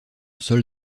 sol